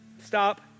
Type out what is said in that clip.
Stop